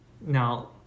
Now